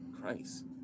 Christ